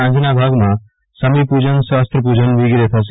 સાંજના ભાગમાં સમીપુજન શસ્ત્રપુજન વિગેરે થશે